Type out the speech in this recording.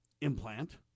implant